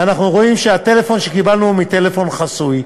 ואנחנו רואים שהיא הייתה ממספר טלפון חסוי,